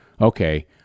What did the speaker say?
Okay